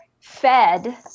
fed